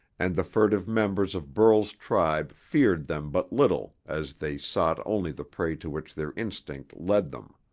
and the furtive members of burl's tribe feared them but little as they sought only the prey to which their instinct led them.